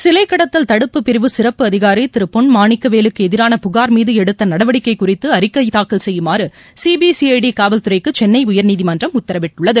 சிலைக் கடத்தல் தடுப்பு பிரிவு சிறப்பு அதிகாரி திரு பொன் மாணிக்கவேலுக்கு எதிரான புகார் மீது எடுத்த நடவடிக்கை குறித்து அறிக்கை தாக்கல் செய்யுமாறு சிபிசிஜடி காவல் துறைக்கு சென்னை உயர்நீதிமன்றம் உத்தரவிட்டுள்ளது